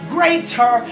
Greater